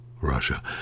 Russia